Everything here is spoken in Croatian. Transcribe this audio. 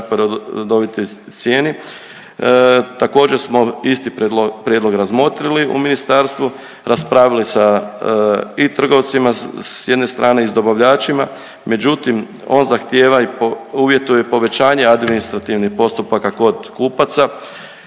po redovitoj cijeni. Također smo isti prijedlog razmotrili u ministarstvu, raspravili sa i trgovcima s jedne strane i s dobavljačima, međutim on zahtjeva i uvjetuje povećanje administrativnih postupaka kod kupaca